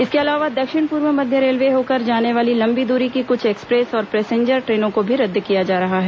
इसके अलावा दक्षिण पूर्व मध्य रेलवे होकर जाने वाली लम्बी दूरी की कुछ एक्सप्रेस और पैसेंजर ट्रेनों को भी रद्द किया जा रहा है